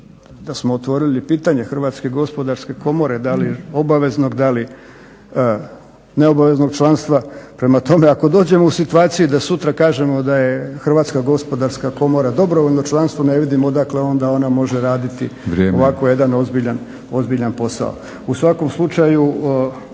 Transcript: da smo otvorili pitanje Hrvatske gospodarske komore, da li obaveznog, da li neobaveznog članstva. Prema tome, ako dođemo u situaciji da sutra kažemo da je Hrvatska gospodarska komora dobrovoljno članstvo ne vidimo dakle onda može raditi ovako jedan ozbiljan posao. U svakom slučaju